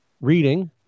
reading